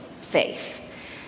faith